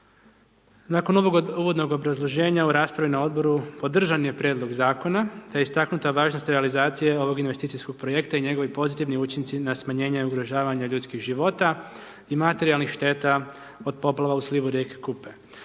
Nakon ovog uvodnog obrazloženja u raspravi na Odboru podržan je prijedlog zakona, te istaknuta važnost realizacije ovog investicijskog projekta i njegovi pozitivni učinci na smanjenje ugrožavanja ljudskih života i materijalnih šteta od poplava u slivu rijeke Kupe.